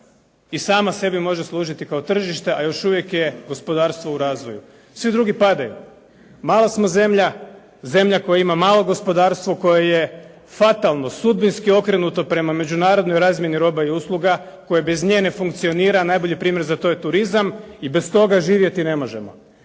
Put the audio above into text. i sama sebi može služiti kao tržište a još uvijek je gospodarstvo u razvoju. Svi drugi padaju. Mala smo zemlja, zemlja koja ima malo gospodarstvo koje je fatalno, sudbinski okrenuto prema međunarodnoj razmjeni roba i usluga koje bez nje ne funkcionira a najbolji primjer za to je turizam i bez toga živjeti ne možemo.